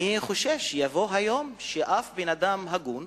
אני חושש שיבוא היום שאף בן-אדם הגון,